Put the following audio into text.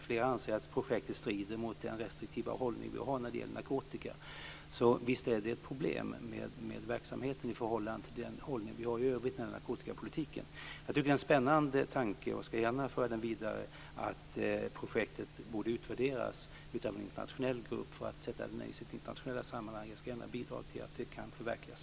Flera anser att projektet strider mot den restriktiva hållning vi har när det gäller narkotika. Visst finns det ett problem i verksamheten i förhållande till den hållning vi har i övrigt när det gäller narkotikapolitiken. Jag tycker att det är en spännande tanke - jag skall gärna föra den vidare - att projektet borde utvärderas av en internationell grupp för att sätta det i sitt internationella sammanhang. Jag skall gärna bidra till att det kan förverkligas.